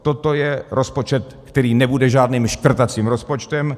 Toto je rozpočet, který nebude žádným škrtacím rozpočtem.